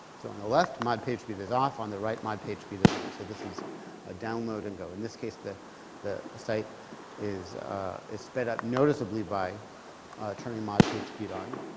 so on the left, mod pagespeed is off, on the right, mod pagespeed is on. so this a ah downloaded and go. in this case, the the site is is sped up noticeably by turning mod pagespeed on.